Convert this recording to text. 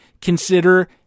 consider